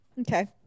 Okay